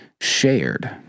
shared